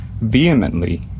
vehemently